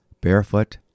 barefoot